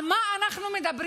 על מה אנחנו מדברים?